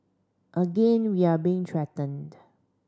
again we are being threatened